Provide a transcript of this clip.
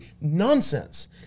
Nonsense